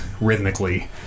rhythmically